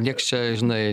nieks čia žinai